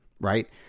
right